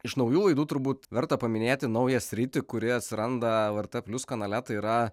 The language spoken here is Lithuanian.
iš naujų laidų turbūt verta paminėti naują sritį kuri atsiranda lrt plius kanale tai yra